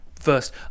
first